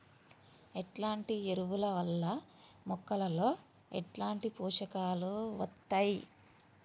ఎట్లాంటి ఎరువుల వల్ల మొక్కలలో ఎట్లాంటి పోషకాలు వత్తయ్?